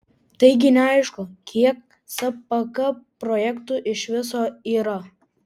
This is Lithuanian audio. taigi neaišku kiek cpk projektų iš viso yra